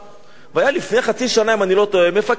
והיה לפני חצי שנה, אם אני לא טועה, מפקד מילואים